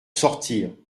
sortir